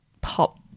pop